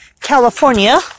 California